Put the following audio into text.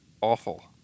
awful